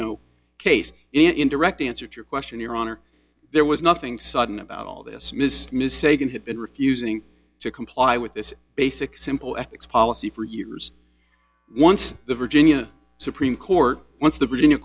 no case in direct answer to your question your honor there was nothing sudden about all this miss miss sagan had been refusing to comply with this basic simple ethics policy for years once the virginia supreme court once the virginia